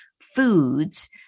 foods